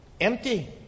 Empty